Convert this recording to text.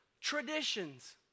traditions